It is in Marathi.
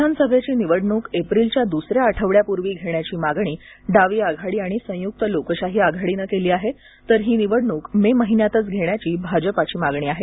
विधानसभेची निवडणूक एप्रिलच्या दुसऱ्या आठवड्यापूर्वी घेण्याची मागणी डावी आघाडी आणि संयुक्त लोकशाही आघाडीनं केली आहे तर ही निवडणूक मे महिन्यातच घेण्याची भाजपाची मागणी आहे